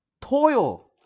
toil